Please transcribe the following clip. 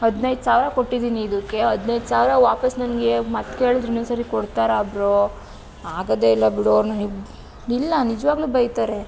ಹದಿನೈದು ಸಾವಿರ ಕೊಟ್ಟಿದ್ದೀನಿ ಇದಕ್ಕೆ ಹದಿನೈದು ಸಾವಿರ ವಾಪಸ್ ನನಗೆ ಮತ್ತು ಕೇಳಿದರೆ ಇನ್ನೊಂದ್ಸರಿ ಕೊಡ್ತಾರಾ ಬ್ರೋ ಆಗೊದೇ ಇಲ್ಲ ಬಿಡು ಅವರನ್ನ ಇಲ್ಲ ನಿಜವಾಗಲೂ ಬೈತಾರೆ